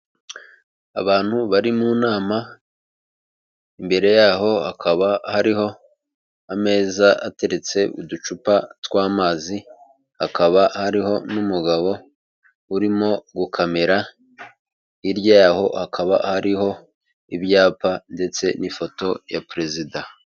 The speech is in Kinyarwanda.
Abantu bari mu nama imbere yaho hakaba hariho ameza ateretse uducupa tw'amazi hakaba hariho n'umugabo urimo gukamera hirya yaho hakaba hariho ibyapa ndetse n'ifoto ya perezida.